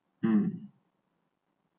um